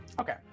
Okay